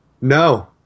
no